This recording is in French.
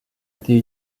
été